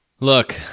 Look